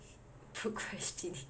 procrastinate